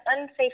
unsafe